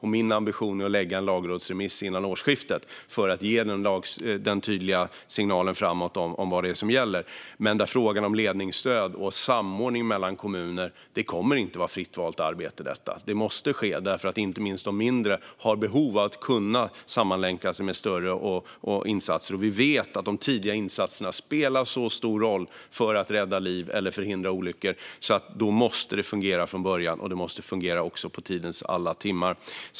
Min ambition är att lägga fram en lagrådsremiss före årsskiftet för att ge en tydlig signal framåt om vad som gäller. När det gäller ledningsstöd och samordning mellan kommuner kommer detta inte att vara fritt valt arbete. Det måste ske, därför att inte minst de mindre har behov av att kunna sammanlänka sig med de större och göra insatser. Vi vet att de tidiga insatserna spelar mycket stor roll för att rädda liv eller förhindra olyckor, och då måste det fungera från början och det måste fungera under dygnets alla timmar.